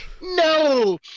No